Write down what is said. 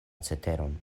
ceteron